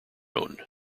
own